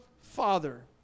Father